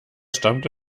stammte